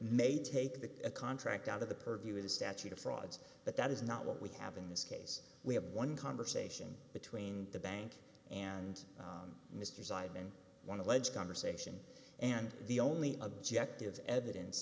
may take the contract out of the purview of the statute of frauds but that is not what we have in this case we have one conversation between the bank and mr zeidman one alleged conversation and the only objective evidence